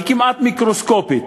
היא כמעט מיקרוסקופית,